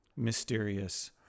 mysterious